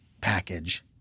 package